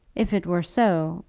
if it were so,